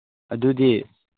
ꯑꯗꯨꯗꯤ